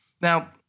Now